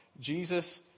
Jesus